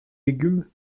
légumes